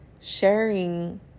sharing